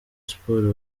sports